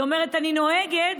היא אומרת: אני נוהגת,